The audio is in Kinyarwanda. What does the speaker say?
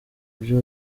byo